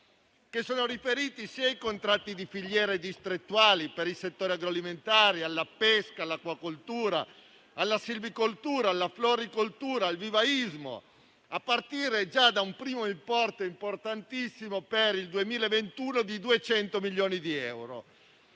con riferimento ai contratti di filiera e distrettuali per i settori dell'agroalimentare, della pesca, dell'acquacoltura, della silvicoltura, della floricoltura e del vivaismo, a partire già da un primo importantissimo importo per il 2021 di 200 milioni di euro.